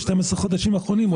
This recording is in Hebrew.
ב-12 החודשים האחרונים,